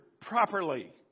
properly